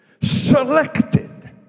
selected